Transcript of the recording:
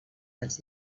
dels